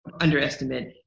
underestimate